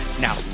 Now